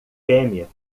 fêmea